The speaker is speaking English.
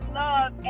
love